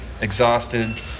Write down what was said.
exhausted